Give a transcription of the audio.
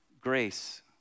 grace